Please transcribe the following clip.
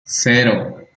cero